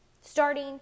starting